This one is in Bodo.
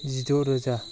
जिद' रोजा